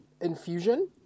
infusion